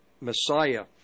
Messiah